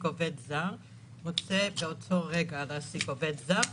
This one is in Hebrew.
עובד זר רוצה באותו רגע להעסיק עובד זר,